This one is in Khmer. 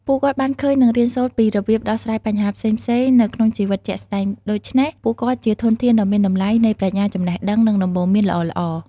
ពួកគាត់បានឃើញ និងរៀនសូត្រពីរបៀបដោះស្រាយបញ្ហាផ្សេងៗនៅក្នុងជីវិតជាក់ស្ដែង ដូច្នេះពួកគាត់ជាធនធានដ៏មានតម្លៃនៃប្រាជ្ញា ចំណេះដឹង និងដំបូន្មានល្អៗ។